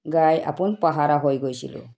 গাই আপোন পাহৰা হৈ গৈছিলোঁ